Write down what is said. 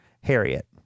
Harriet